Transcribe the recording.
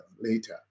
later